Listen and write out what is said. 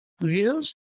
views